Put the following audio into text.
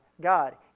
God